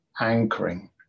anchoring